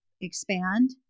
expand